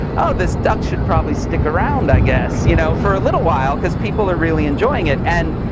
oh, this duck should probably stick around, i guess, you know for a little while cause people are really enjoying it. and